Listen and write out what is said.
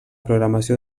programació